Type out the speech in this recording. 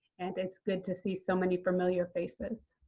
and it's good to see so many familiar faces.